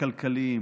הכלכליים